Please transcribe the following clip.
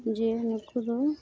ᱡᱮ ᱱᱩᱠᱩ ᱫᱚ